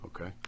Okay